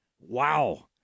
Wow